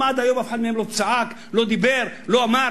למה עד היום אף אחד מהם לא צעק, לא דיבר, לא אמר?